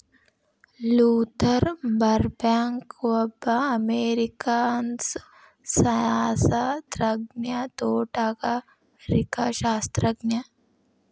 Luther ಬರ್ಬ್ಯಾಂಕ್ಒಬ್ಬ ಅಮೇರಿಕನ್ಸಸ್ಯಶಾಸ್ತ್ರಜ್ಞ, ತೋಟಗಾರಿಕಾಶಾಸ್ತ್ರಜ್ಞ